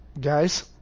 Guys